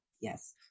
yes